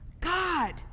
God